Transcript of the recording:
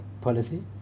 policy